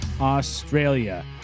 Australia